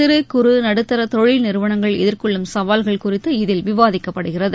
சிறு குறு நடுத்தர தொழில் நிறுவனங்கள் எதிர்கொள்ளும் சவால்கள் குறித்து இதில் விவாதிக்கப்படுகிறது